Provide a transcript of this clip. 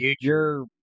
future